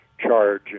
charge